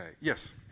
Yes